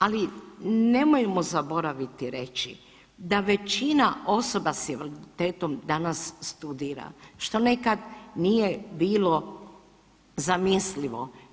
Ali, nemojmo zaboraviti reći da većina osoba s invaliditetom danas studira, što nekad nije bilo zamislivo.